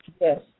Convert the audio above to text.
Yes